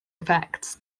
effects